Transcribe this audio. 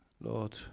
Lord